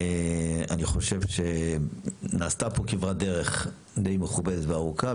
אני חושב שנעשתה פה כברת דרך די מכובדת וארוכה,